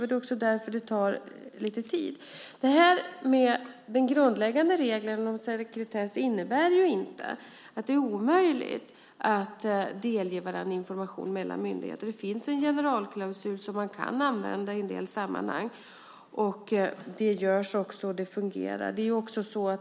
Det är också därför det tar lite tid. Den grundläggande regeln om sekretess innebär inte att det är omöjligt att delge varandra information mellan myndigheter. Det finns en generalklausul som man kan använda i en del sammanhang. Det görs också, och det fungerar.